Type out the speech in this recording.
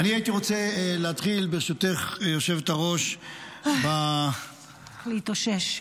אני הייתי רוצה להתחיל --- צריך להתאושש,